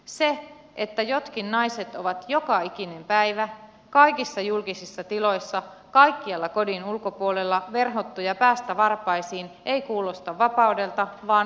se että jotkin naiset ovat joka ikinen päivä kaikissa julkisissa tiloissa kaikkialla kodin ulkopuolella verhottuja päästä varpaisiin ei kuulosta vapaudelta vaan vaihtoehdottomuudelta